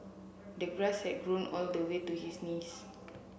the grass had grown all the way to his knees